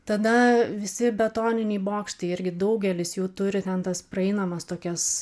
tada visi betoniniai bokštai irgi daugelis jų turi ten tas praeinamas tokias